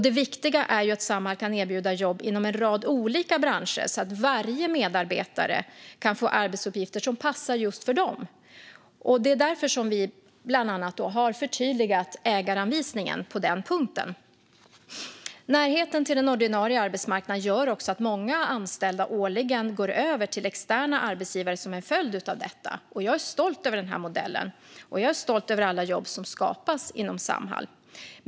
Det viktiga är att Samhall kan erbjuda jobb inom en rad olika branscher så att varje medarbetare kan få arbetsuppgifter som passar just för dem. Det är bland annat därför som vi har förtydligat ägaranvisningen på den punkten. Närheten till den ordinarie arbetsmarknaden gör också att många anställda årligen går över till externa arbetsgivare som en följd av detta. Jag är stolt över denna modell, och jag är stolt över alla jobb som skapas inom Samhall.